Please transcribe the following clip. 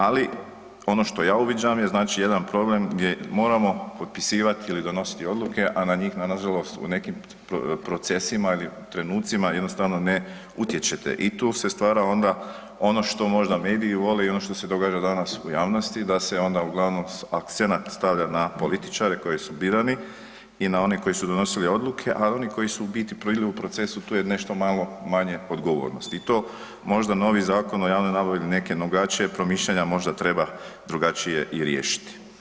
Ali ono što ja uviđam je znači jedan problem gdje moramo potpisivat ili donositi odluke, a na njih nažalost u nekim procesima ili trenucima jednostavno ne utječete i tu se stvara onda ono što možda mediji vole i ono što se događa danas u javnosti da se onda uglavnom akcenat stavlja na političare koji su birani i na one koji su donosili odluke, a oni koji su u biti bili u procesu tu je nešto manje odgovornosti i to možda novi Zakon o javnoj nabavi, neke … [[Govornik se ne razumije]] promišljanja možda treba drugačije i riješiti.